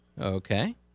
Okay